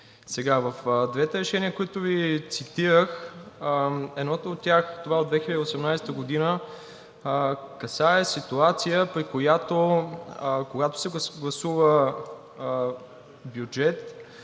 В двете решения, които Ви цитирах, едното от тях, това от 2018 г., касае ситуация, при която, когато се гласува бюджет,